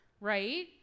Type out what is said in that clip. Right